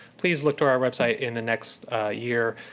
please look to our website in the next year.